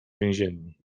więzienni